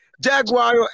Jaguar